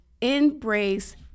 embrace